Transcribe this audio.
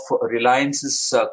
Reliance's